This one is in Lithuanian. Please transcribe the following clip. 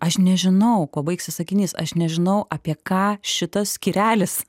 aš nežinau kuo baigsis sakinys aš nežinau apie ką šitas skyrelis